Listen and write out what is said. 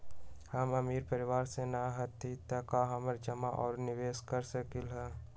हम अमीर परिवार से न हती त का हम जमा और निवेस कर सकली ह?